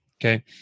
okay